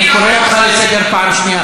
אני קורא אותך לסדר פעם שנייה,